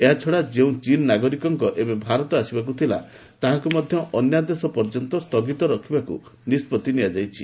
ଏହାଛଡ଼ା ଯେଉଁ ଚୀନ୍ ନାଗରିକଙ୍କ ଏବେ ଭାରତ ଆସିବାକୁ ଥିଲା ତାହାକୁ ମଧ୍ୟ ଅନ୍ୟ ଦେଶ ପର୍ଯ୍ୟନ୍ତ ସ୍ଥଗିତ ରଖିବାକୁ ନିଷ୍କଭି ନିଆଯାଇଛି